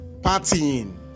partying